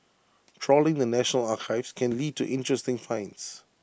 trawling the national archives can lead to interesting finds